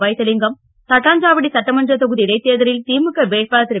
வைத்திலிங்கம் தட்டாஞ்சாவடி சட்டமன்ற தொகுதி இடைத் தேர்தலில் திமுக வேட்பாளர் திரு